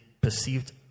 perceived